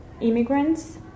immigrants